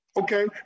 Okay